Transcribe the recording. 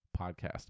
podcast